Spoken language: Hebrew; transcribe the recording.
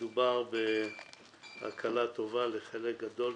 מדובר בהקלה טובה לחלק גדול